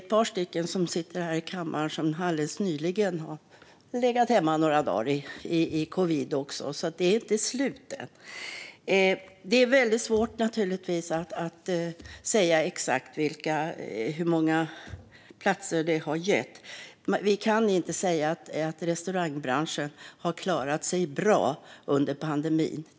Ett par av oss som sitter här nu låg alldeles nyligen hemma några dagar i covid. Det är svårt att säga hur många platser det har gett. Men vi kan knappast säga att restaurangbranschen har klarat sig bra under pandemin.